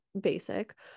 basic